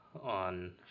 on